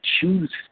choose